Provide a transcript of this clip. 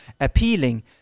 appealing